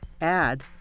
add